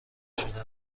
شده